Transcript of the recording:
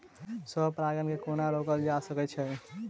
स्व परागण केँ कोना रोकल जा सकैत अछि?